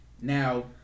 Now